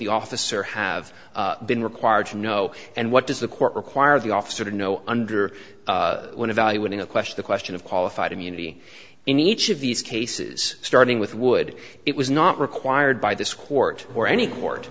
the officer have been required to know and what the court require the officer to know under when evaluating a question the question of qualified immunity in each of these cases starting with wood it was not required by this court or any